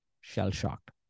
shell-shocked